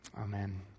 Amen